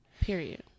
Period